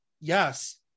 yes